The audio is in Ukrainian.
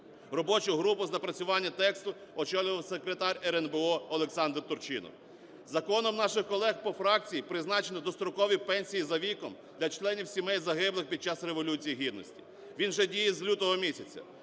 робочу групу з напрацювання тексту очолював секретар РНБО Олександр Турчинов. Законом наших колег по фракції призначені дострокові пенсії за віком для членів сімей, загиблих під час Революції Гідності. Він уже діє з лютого місяця.